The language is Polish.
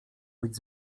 być